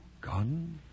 Gone